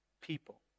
people